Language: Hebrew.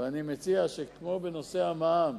אני מציע שכמו בנושא המע"מ